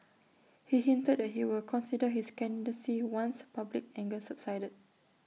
he hinted that he would consider his candidacy once public anger subsided